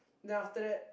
then after that